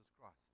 Christ